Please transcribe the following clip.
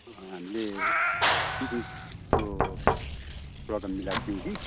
हामीले पिकनिकको प्रोग्राम मिलाएको थियौँ कि